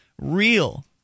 real